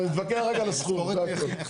נתווכח רק על הסכום, זה הכל.